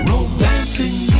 Romancing